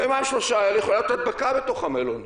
ביומיים-שלושה האלה יכולה להיות הדבקה בתוך המלונית.